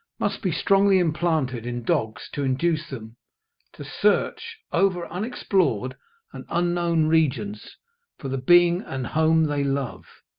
must be strongly implanted in dogs to induce them to search over unexplored and unknown regions for the being and home they love.